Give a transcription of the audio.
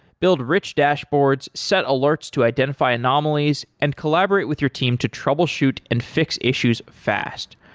build rich dashboards, set alerts to identify anomalies and collaborate with your team to troubleshoot and fix issues fast.